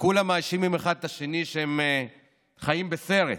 וכולם מאשימים אחד את השני שהם חיים בסרט.